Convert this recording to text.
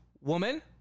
woman